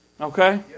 Okay